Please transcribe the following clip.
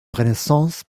renaissance